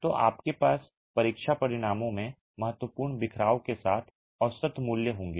तो आपके पास परीक्षा परिणामों में महत्वपूर्ण बिखराव के साथ औसत मूल्य होंगे